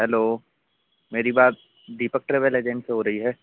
hello मेरी बात Deepak travel agent से हो रही है